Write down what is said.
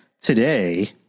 today